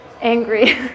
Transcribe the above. angry